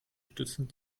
stützen